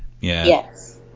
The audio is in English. Yes